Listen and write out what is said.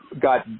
got